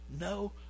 no